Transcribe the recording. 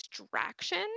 distraction